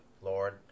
Lord